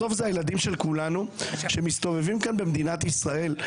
בסוף זה הילדים של כולנו שמסתובבים כאן במדינת ישראל.